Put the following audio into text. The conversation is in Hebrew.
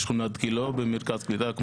בשכונת גילה במרכז קליטה.